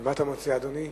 מה אתה מציע, אדוני?